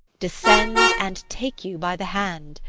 descend, and take you by the hand,